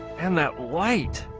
and that white